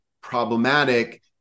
problematic